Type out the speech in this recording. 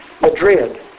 Madrid